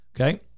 Okay